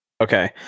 okay